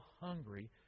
hungry